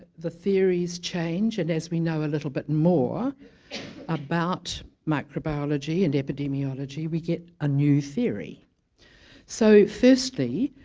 the theories change, and as we know a little bit more about microbiology and epidemiology, we get a new theory so firstly,